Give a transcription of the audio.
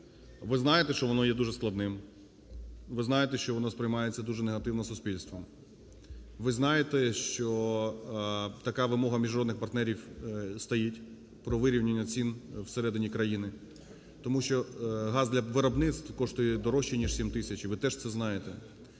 ви знаєте, що воно є дуже складним, ви знаєте, що воно сприймається дуже негативно суспільством, ви знаєте, що така вимога міжнародних партнерів стоїть про вирівнювання цін всередині країни. Тому що газ для виробництв коштує дорожче ніж 7 тисяч, і ви теж це знаєте,